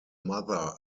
mother